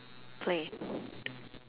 play